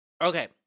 Okay